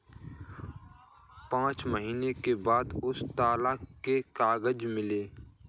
पांच महीने के बाद उसे तलाक के कागज मिले